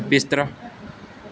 ਬਿਸਤਰਾ